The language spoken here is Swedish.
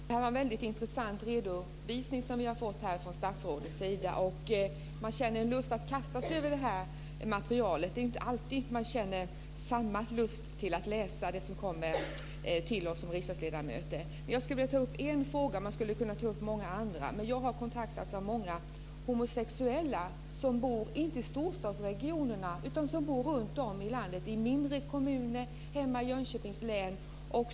Herr talman! Det är en väldigt intressant redovisning som vi har fått från statsrådet. Man känner en lust att kasta sig över det här materialet. Det är inte alltid som jag känner samma lust att läsa det som kommer till oss riksdagsledamöter. Jag skulle vilja ta upp en fråga. Man skulle också kunna ta upp många andra. Jag har kontaktats av många homosexuella som inte bor i storstadsregionerna utan runtom i landet i mindre kommuner, t.ex. i mitt hemlän Jönköpings län.